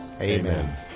Amen